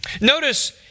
Notice